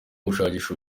gushakisha